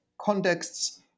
contexts